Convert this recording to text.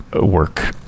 work